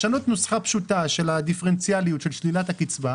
לשנות נוסחה פשוטה של הדיפרנציאליות של שלילת הקצבה,